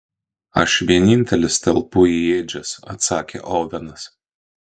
aš vienintelis telpu į ėdžias atsakė ovenas